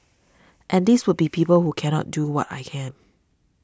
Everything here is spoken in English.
and these would be people who cannot do what I can